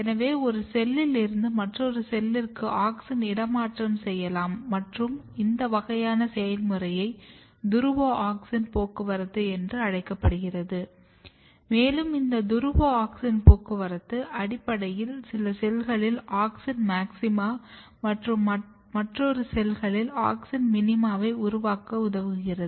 எனவே ஒரு செல்லில் இருந்து மற்றொரு செல்லிற்கு ஆக்ஸின் இடமாற்றம் செய்யலாம் மற்றும் இந்த வகையான செயல்முறையை துருவ ஆக்ஸின் போக்குவரத்து என்று அழைக்கப்படுகிறது மேலும் இந்த துருவ ஆக்ஸின் போக்குவரத்து அடிப்படையில் சில செல்களில் ஆக்ஸின் மாக்சிமா மற்றும் மற்றொரு செல்களில் ஆக்ஸின் மினிமாவை உருவாக்க உதவுகிறது